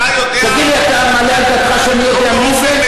תגיד לי, אתה מעלה על דעתך שאני יודע מי זה?